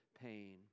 pain